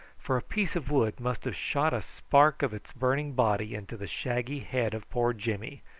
for a piece of wood must have shot a spark of its burning body into the shaggy head of poor jimmy,